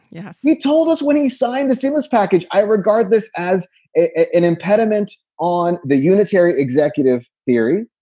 yeah he told us when he signed the stimulus package. i regard this as an impediment on the unitary executive theory.